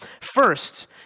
First